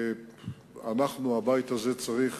אנחנו, הבית הזה צריך